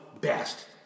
best